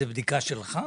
זו בדיקה שלך?